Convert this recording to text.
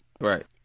Right